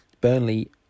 Burnley